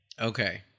Okay